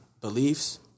beliefs